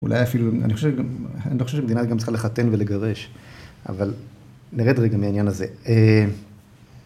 אולי אפילו, אני לא חושב שמדינת גם צריכה לחתן ולגרש, אבל נרד רגע מהעניין הזה.